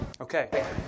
Okay